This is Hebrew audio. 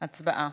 הצבעה.